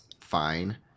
fine